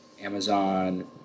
Amazon